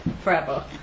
forever